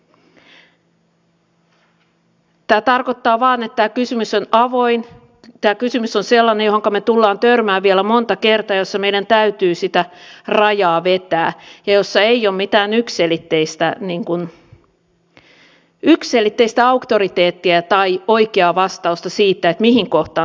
tämä tarkoittaa vain sitä että tämä kysymys on avoin tämä kysymys on sellainen johonka me tulemme törmäämään vielä monta kertaa ja jossa meidän täytyy sitä rajaa vetää ja jossa ei ole mitään yksiselitteistä auktoriteettia tai oikeaa vastausta siihen mihin kohtaan se laitetaan